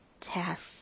tasks